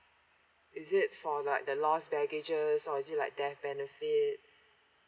is it for like the lost baggages or is it like death benefit